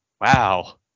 wow